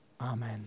Amen